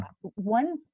one